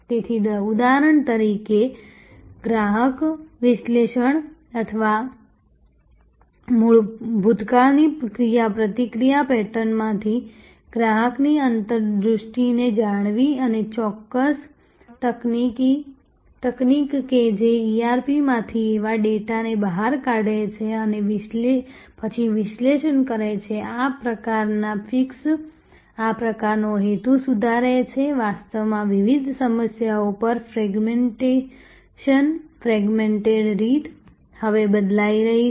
તેથી ઉદાહરણ તરીકે ગ્રાહક વિશ્લેષણ અથવા ભૂતકાળની ક્રિયાપ્રતિક્રિયા પેટર્નમાંથી ગ્રાહકની આંતરદૃષ્ટિને જાણવી અને ચોક્કસ તકનીક કે જે ERP માંથી આવા ડેટાને બહાર કાઢે છે અને પછી વિશ્લેષણ કરે છે આ પ્રકારના ફિક્સ આ પ્રકારનો હેતુ સુધારે છે કે વાસ્તવમાં વિવિધ સમસ્યાઓ પર ફ્રેગમેન્ટેશન ફ્રેગમેન્ટેડ રીત હવે બદલાઈ રહી છે